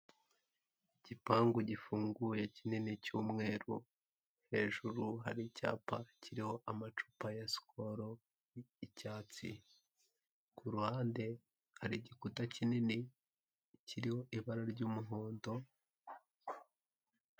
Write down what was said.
Igipangu gifunguye kinini cy'umweru, hejuru hari icyapa kiho amacupa ya sikoro icyatsi. Ku ruhande hari igikuta kinini kiriho ibara ry'umuhondo.